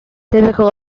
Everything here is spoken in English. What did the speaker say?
typical